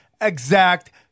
exact